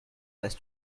less